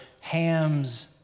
Ham's